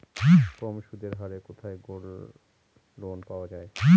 কম সুদের হারে কোথায় গোল্ডলোন পাওয়া য়ায়?